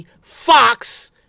Fox